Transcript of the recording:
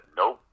nope